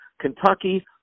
Kentucky